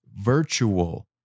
virtual